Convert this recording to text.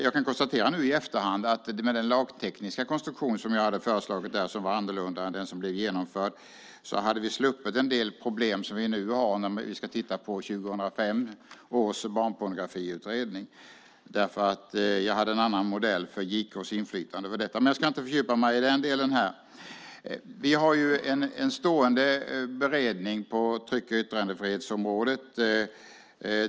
Jag kan i efterhand konstatera att med den lagtekniska konstruktion som jag hade föreslagit, som var annorlunda än den som genomfördes, hade vi sluppit en del problem som vi nu har när vi ska titta på 2005 års barnpornografiutredning. Jag hade en annan modell för JK:s inflytande över detta. Men jag ska inte fördjupa mig i det nu. Vi har ju en stående beredning på tryck och yttrandefrihetsområdet.